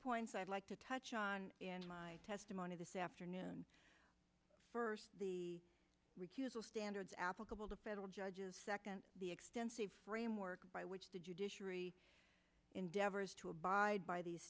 points i'd like to touch on testimony this afternoon first the recusal standards applicable to federal judges second the extensive framework by which the judiciary endeavors to abide by these